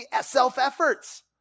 self-efforts